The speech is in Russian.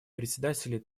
председатели